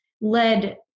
led